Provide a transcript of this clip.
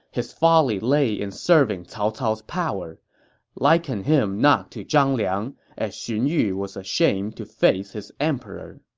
his folly lay in serving cao cao's power liken him not to zhang liang as xun yu was ashamed to face his emperor